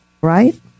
right